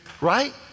right